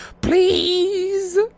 PLEASE